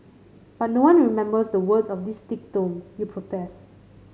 but no one remembers the words of this thick tome you protest